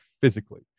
physically